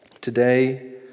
today